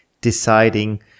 deciding